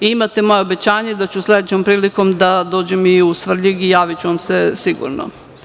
Imate moje obećanje da ću sledećom prilikom da dođem i u Svrljig i javiću vam se sigurno.